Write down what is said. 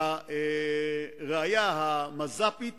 הראיה המז"פית